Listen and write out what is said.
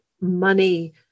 money